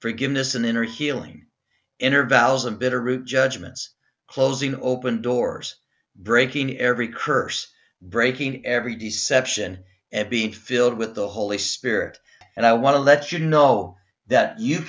forgiveness and inner healing intervallic and bitterroot judgments closing open doors breaking every curse breaking every d section and be filled with the holy spirit and i want to let you know that you